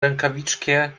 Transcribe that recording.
rękawiczkę